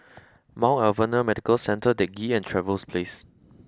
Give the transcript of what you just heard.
Mount Alvernia Medical Centre Teck Ghee and Trevose Place